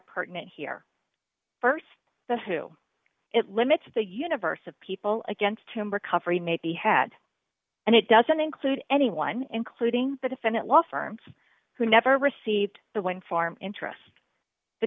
pertinent here st the to it limits the universe of people against him recovery may be had and it doesn't include anyone including the defendant law firms who never received the wind farm interest the